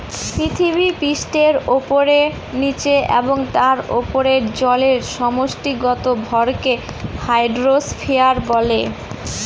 পৃথিবীপৃষ্ঠের উপরে, নীচে এবং তার উপরে জলের সমষ্টিগত ভরকে হাইড্রোস্ফিয়ার বলে